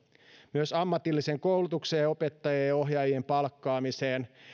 myös ammatillisen koulutuksen opettajien ja ohjaajien palkkaamiseen